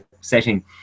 setting